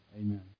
Amen